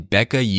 Becca